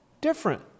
different